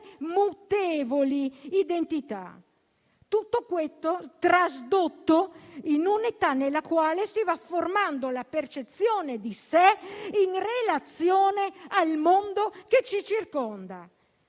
mutevoli identità. Tutto questo è tradotto in un'età nella quale si va formando la percezione di sé in relazione al mondo che ci circonda.